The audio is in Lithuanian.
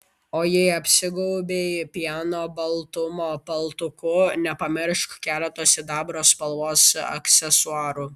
o jei apsigaubei pieno baltumo paltuku nepamiršk keleto sidabro spalvos aksesuarų